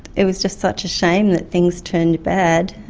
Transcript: it was just such a shame that things turned bad,